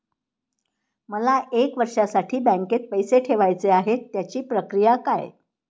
मला एक वर्षासाठी बँकेत पैसे ठेवायचे आहेत त्याची प्रक्रिया काय?